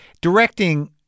directing